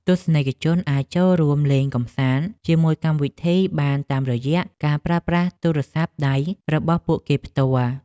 ទស្សនិកជនអាចចូលរួមលេងកម្សាន្តជាមួយកម្មវិធីបានតាមរយៈការប្រើប្រាស់ទូរស័ព្ទដៃរបស់ពួកគេផ្ទាល់។